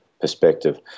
perspective